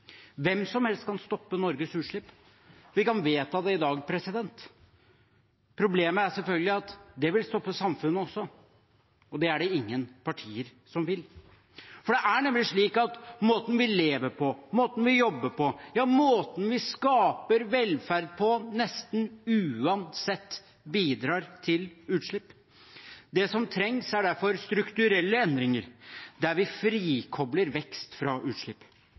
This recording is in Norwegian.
Hvem som helst kan stoppe Norges utslipp – vi kan vedta det i dag. Problemet er selvfølgelig at det vil stoppe samfunnet også, og det er det ingen partier som vil. For det er nemlig slik at måten vi lever på, måten vi jobber på, ja måten vi skaper velferd på, nesten uansett bidrar til utslipp. Det som trengs, er derfor strukturelle endringer, der vi frikobler vekst fra utslipp.